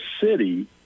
city